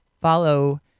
follow